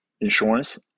insurance